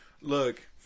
Look